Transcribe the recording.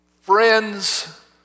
friends